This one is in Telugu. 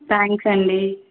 థ్యాంక్స్ అండి